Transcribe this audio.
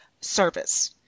service